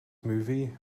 movie